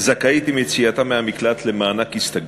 זכאית עם יציאתה מהמקלט למענק הסתגלות.